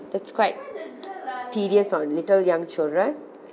that's quite tedious on little young children